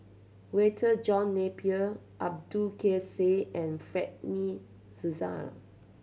Walter John Napier Abdul Kadir Syed and Fred De Souza